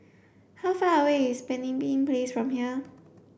how far away is Pemimpin Place from here